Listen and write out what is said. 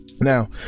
now